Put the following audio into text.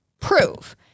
prove